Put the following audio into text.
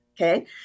okay